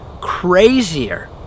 crazier